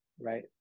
right